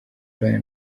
ryan